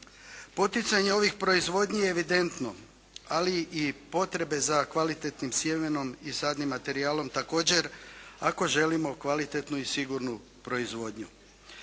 Poticanje ovih proizvodnji je evidentno, ali i potrebe za kvalitetnim sjemenom i sadnim materijalom također ako želimo kvalitetnu i sigurnu proizvodnju.